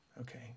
Okay